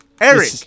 Eric